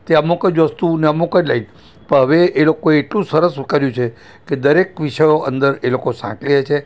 તે અમુક જ વસ્તુને અમુક જ લાઇન હવે એ લોકો એટલું સરસ કર્યું છે કે દરેક વિષયો અંદર એ લોકો સાંકળે છે